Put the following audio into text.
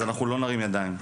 אנחנו לא נרים ידיים.